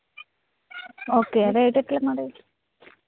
okay rate ఎట్ల మరి